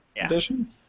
edition